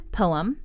poem